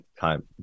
time